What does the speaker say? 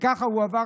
וככה הוא עבר,